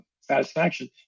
satisfaction